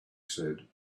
said